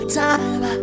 time